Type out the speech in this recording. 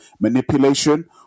manipulation